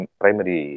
primary